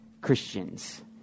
Christians